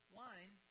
wine